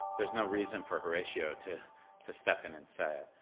there's no reason for horatio to to step in and say it.